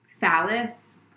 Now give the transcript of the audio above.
phallus